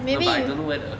no but I don't know where the